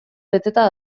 beteta